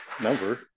number